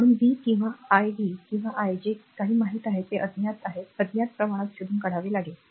म्हणून v किंवा i v किंवा i जे काही माहित आहे ते अज्ञात आहेत अज्ञात प्रमाणात शोधून काढावे लागेल